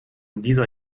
dieser